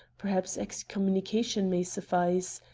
perhaps excommunication may suffice.